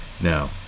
now